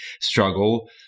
struggle